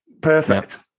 Perfect